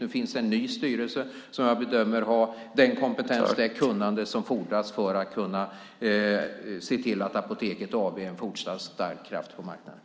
Nu finns en ny styrelse som jag bedömer har den kompetens och det kunnande som fordras för att kunna se till att Apoteket AB är en fortsatt stark kraft på marknaden.